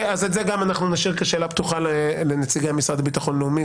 גם את זה נשאיר כשאלה פתוחה לנציגי המשרד לביטחון לאומי,